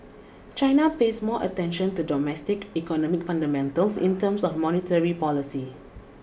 China pays more attention to domestic economic fundamentals in terms of monetary policy